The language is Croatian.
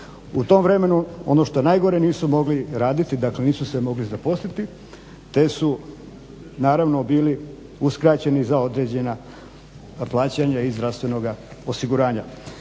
U tom vremenu ono što je najgore nisu mogli raditi, dakle nisu se mogli zaposliti te su naravno bili uskraćeni za određena plaćanja iz zdravstvenoga osiguranja.